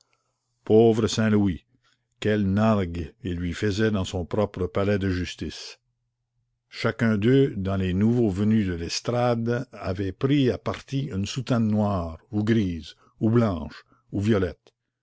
pauvre saint louis quelle nargue ils lui faisaient dans son propre palais de justice chacun d'eux dans les nouveaux venus de l'estrade avait pris à partie une soutane noire ou grise ou blanche ou violette